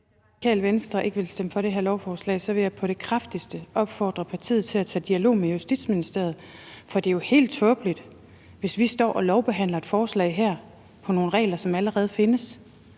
Radikale Venstre ikke vil stemme for det her lovforslag, vil jeg på det kraftigste opfordre partiet til at tage en dialog med Justitsministeriet. For det er jo helt tåbeligt, hvis vi står og lovbehandler et forslag her om nogle regler, som allerede findes.